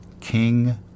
King